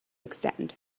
extend